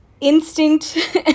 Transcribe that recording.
instinct